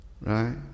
Right